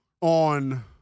on